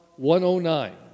109